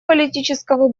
политического